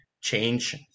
change